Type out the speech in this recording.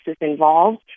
involved